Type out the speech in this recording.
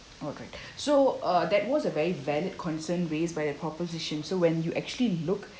okay so uh that was a very valid concern raised by the proposition so when you actually look